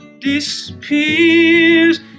disappears